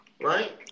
Right